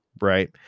right